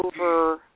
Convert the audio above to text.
over